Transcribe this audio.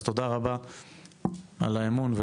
תודה רבה על האמון.